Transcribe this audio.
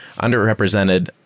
underrepresented